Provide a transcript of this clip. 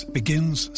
begins